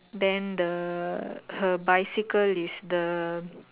then the her bicycle is the